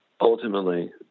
ultimately